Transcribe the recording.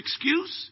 excuse